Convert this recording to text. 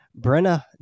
Brenna